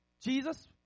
Jesus